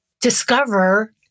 discover